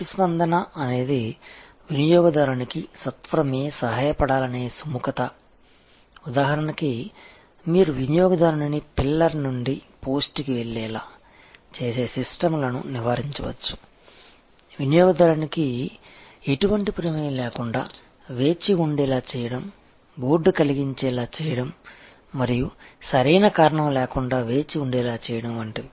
ప్రతిస్పందన అనేది వినియోగదారునికు సత్వరమే సహాయపడాలనే సుముఖత ఉదాహరణకి మీరు వినియోగదారునిను పిల్లర్ నుండి పోస్ట్కి వెళ్లేలా చేసే సిస్టమ్లను నివారించవచ్చు వినియోగదారుని ఎటువంటి ప్రమేయం లేకుండా వేచి ఉండేలా చేయడం బోర్డ్ కలిగించేలా చేయడం మరియు సరైన కారణం లేకుండా వేచి ఉండేలా చేయడం వంటివి